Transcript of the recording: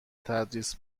تدریس